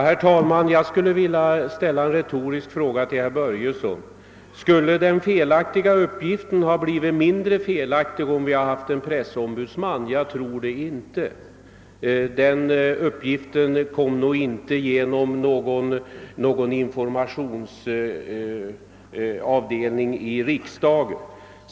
Herr talman! Jag skulle vilja ställa en retorisk fråga till herr Börjesson i Falköping: Skulle den felaktiga uppgiften blivit mindre felaktig om vi haft en pressombudsman? Jag tror det inte; uppgiften kom nog inte genom någon avdelning i riksdagen.